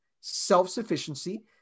self-sufficiency